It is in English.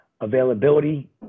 availability